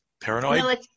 paranoid